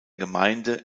gemeinde